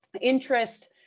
interest